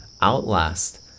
Outlast